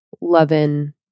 loving